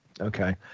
Okay